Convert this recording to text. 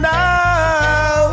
now